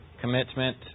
Commitment